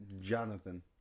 Jonathan